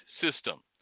system